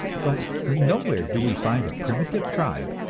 but nowhere do we find a primitive tribe,